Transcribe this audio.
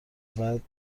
بعد